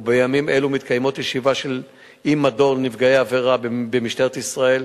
ובימים אלו מתקיימת ישיבה עם מדור נפגעי העבירה במשטרת ישראל,